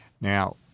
Now